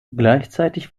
gleichzeitig